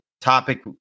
topic